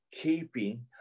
keeping